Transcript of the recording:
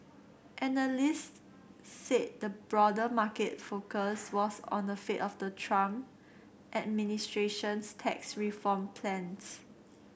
analysts said the broader market focus was on the fate of the Trump administration's tax reform plans